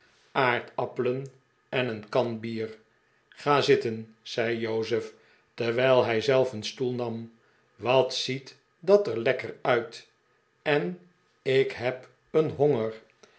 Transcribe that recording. appelen en een kan bier ga zitten zei jozef terwijl hij zelf een stoel nam wat ziet dat er lekker uit en ik heb een honger